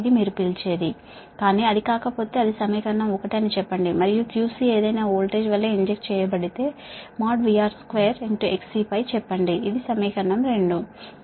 అని మనం అంటాము కాని కాకపోతే అది సమీకరణం 1 అని అనుకుందాము మరియు QC ఏదైనా వోల్టేజ్ వలె ఇంజెక్ట్ చేయబడితే VR2 XC పై చెప్పండి ఇది సమీకరణం 2